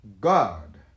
God